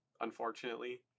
unfortunately